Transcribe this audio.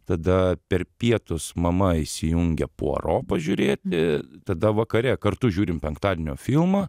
tada per pietus mama įsijungia puaro pažiūrėti tada vakare kartu žiūrim penktadienio filmą